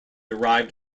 arrived